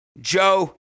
Joe